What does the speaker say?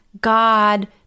God